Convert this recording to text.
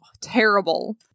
terrible